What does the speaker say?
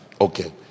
Okay